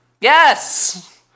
Yes